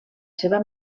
seva